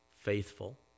faithful